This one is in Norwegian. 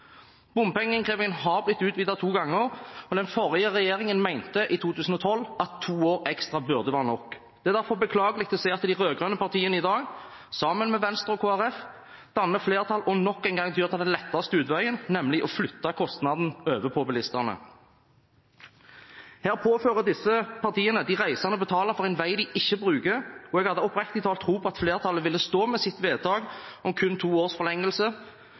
Bompengeinnkrevingen har blitt utvidet to ganger, og den forrige regjeringen mente i 2012 at to år ekstra burde være nok. Det er derfor beklagelig å se at de rød-grønne partiene i dag, sammen med Venstre og Kristelig Folkeparti, danner flertall og nok en gang tyr til den letteste utveien, nemlig å flytte kostnaden over på bilistene. Her påfører disse partiene de reisende å betale for en vei de ikke bruker, og jeg hadde oppriktig talt tro på at flertallet ville stå ved sitt vedtak om kun to års forlengelse